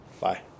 Bye